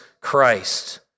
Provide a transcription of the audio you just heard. Christ